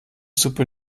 suppe